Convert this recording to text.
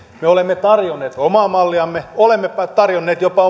me olemme tarjonneet omaa malliamme olemmepa tarjonneet jopa